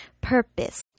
purpose